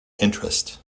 interest